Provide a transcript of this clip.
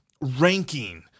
ranking